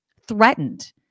threatened